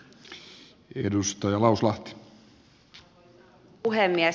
arvoisa puhemies